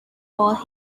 for